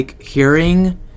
hearing